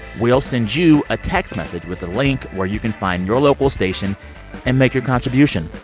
we'll send you a text message with a link where you can find your local station and make your contribution.